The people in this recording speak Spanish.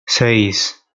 seis